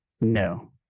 no